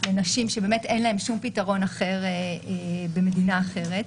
לנשים שבאמת אין להן שום פתרון אחר במדינה אחרת.